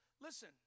listen